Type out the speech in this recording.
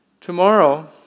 Tomorrow